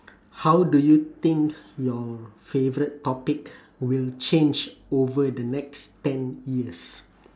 how do you think your favourite topic will change over the next ten years